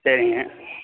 சரிங்க